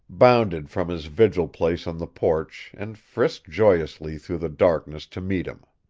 bounded from his vigil place on the porch and frisked joyously through the darkness to meet him.